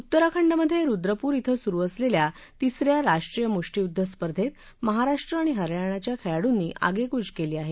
उत्तराखंडमधे रुद्रपूर इथं सुरु असलेल्या तिसऱ्या राष्ट्रीय मुष्टियुद्ध स्पर्धेत महाराष्ट्र आणि हरयाणाच्या खेळाडूंनी आगेकूच केल आहे